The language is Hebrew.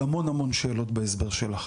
על המון המון שאלות בהסבר שלך,